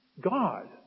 God